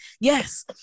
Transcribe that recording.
Yes